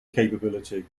capability